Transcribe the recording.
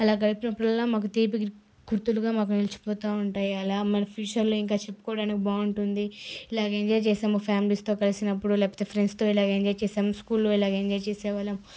అలా గడిపినప్పుడల్లా మాకు తీపి గుర్తు గుర్తులుగా మాకు నిలిచిపోతూ ఉంటాయి అలా మన ఫ్యూచర్లో ఇంకా చెప్పుకోవడానికి బాగుంటుంది ఇలాగ ఎంజాయ్ చేసాము ఫ్యామిలీస్తో కలిసినప్పుడు లేకపోతే ఫ్రెండ్స్తో ఇలా ఎంజాయ్ చేసాము స్కూల్లో ఇలాగ ఎంజాయ్ చేసేవాళ్లం